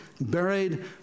buried